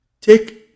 Take